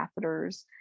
catheters